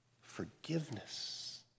Forgiveness